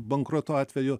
bankroto atveju